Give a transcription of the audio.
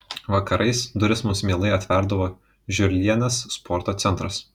vakarais duris mums mielai atverdavo žiurlienės sporto centras